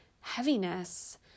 heaviness